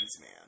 man